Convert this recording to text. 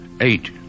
eight